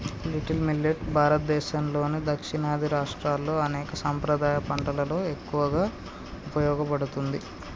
little millet భారతదేసంలోని దక్షిణాది రాష్ట్రాల్లో అనేక సాంప్రదాయ పంటలలో ఎక్కువగా ఉపయోగించబడుతుంది